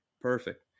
Perfect